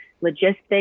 logistics